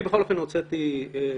אני בכל אופן הוצאתי דוחות.